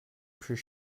pear